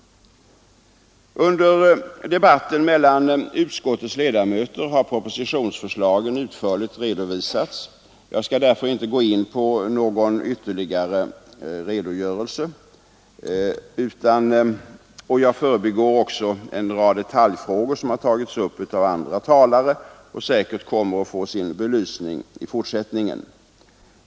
Under debatten mellan utskottets ledamöter har propositionsförslagen utförligt redovisats. Jag skall därför inte gå in på någon ytterligare redogörelse. Jag förbigår också en rad detaljfrågor som har tagits upp av andra talare och som säkert kommer att få sin belysning även i fortsättningen.